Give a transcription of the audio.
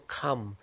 come